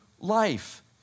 life